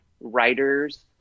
writers